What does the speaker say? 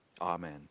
Amen